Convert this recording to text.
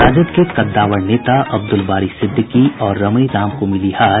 राजद के कद्दावर नेता अब्दुल बारी सिद्दीकी और रमई राम को मिली हार